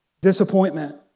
disappointment